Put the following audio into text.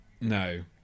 No